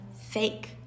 fake